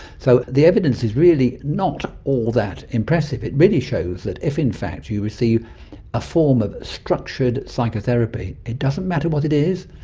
so the evidence is really not all that impressive. it really shows that if in fact you receive a form of structured psychotherapy, it doesn't matter what it is,